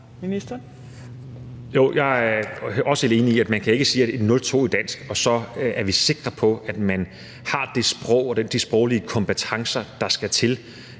Heunicke): Jeg er også helt enig i, at man ikke kan sige, at vi på grund af 02 i dansk er sikre på, at man har det sprog og de sproglige kompetencer, der skal til.